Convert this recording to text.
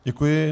Děkuji.